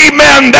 Amen